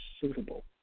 suitable